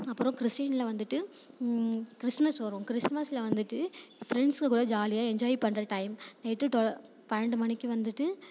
அப்புறம் கிறிஸ்டினில் வந்துட்டு கிறிஸ்மஸ் வரும் கிறிஸ்மஸில் வந்துட்டு ஃப்ரெண்ஸ்ங்கள்கூட ஜாலியாக என்ஜாய் பண்ணுற டைம் நைட்டு டோ பன்னெண்டு மணிக்கு வந்துட்டு